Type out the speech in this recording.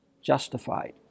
Justified